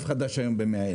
אין רכב חדש היום ב-100,000,